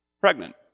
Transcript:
pregnant